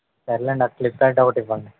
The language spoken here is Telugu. సరేలే అండి క్లిప్ ప్యాడ్ ఒకటి ఇవ్వండి